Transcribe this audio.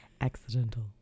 Accidental